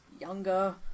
younger